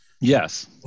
yes